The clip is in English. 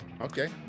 Okay